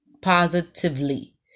positively